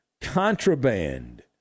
contraband